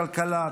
כלכלה,